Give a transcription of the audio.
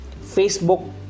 Facebook